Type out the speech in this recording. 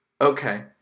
Okay